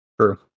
True